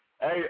Hey